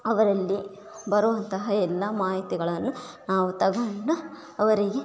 ಅವರಲ್ಲಿ ಬರುವಂತಹ ಎಲ್ಲ ಮಾಹಿತಿಗಳನ್ನು ನಾವು ತೊಗೊಂಡು ಅವರಿಗೆ